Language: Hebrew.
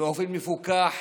באופן מפוקח,